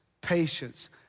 patience